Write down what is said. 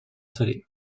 salé